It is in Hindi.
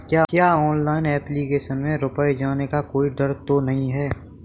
क्या ऑनलाइन एप्लीकेशन में रुपया जाने का कोई डर तो नही है?